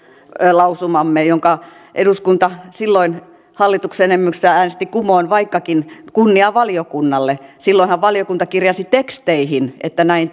lausumamme jonka eduskunta silloin hallituksen enemmistöllä äänesti kumoon vaikkakin kunnia valiokunnalle silloinhan valiokunta kirjasi teksteihin että näin